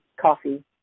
coffee